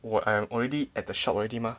what I am already at the shop already mah